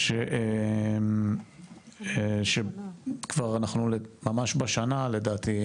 אנחנו כבר ממש בשנה לדעתי,